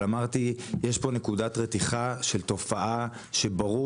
אבל אמרתי יש פה נקודת רתיחה של תופעה שברור